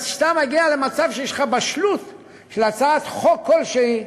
עד שאתה מגיע למצב שיש בשלות של הצעת חוק כלשהי.